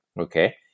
okay